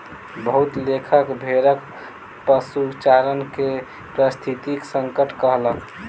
बहुत लेखक भेड़क पशुचारण के पारिस्थितिक संकट कहलक